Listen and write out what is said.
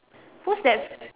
who's that f~